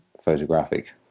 photographic